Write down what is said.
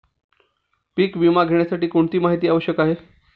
पीक विमा घेण्यासाठी कोणती माहिती आवश्यक आहे?